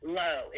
low